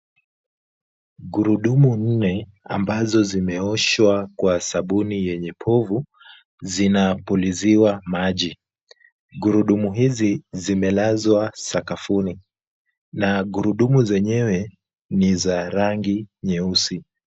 Gurudumu nne ambazo zimeoshwa kwa sabuni yenye povu zinapuliziwa maji. Gurudumu hizi zimelazwa sakafuni na gurudumu zenyewe ni za rangi nyeusi.